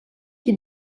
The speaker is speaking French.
qui